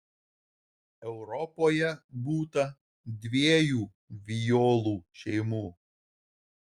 europoje būta dviejų violų šeimų